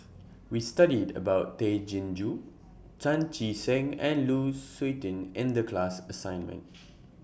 We studied about Tay Chin Joo Chan Chee Seng and Lu Suitin in The class assignment